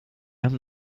haben